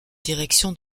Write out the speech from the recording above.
direction